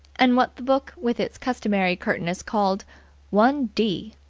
and what the book with its customary curtness called one d.